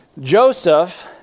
Joseph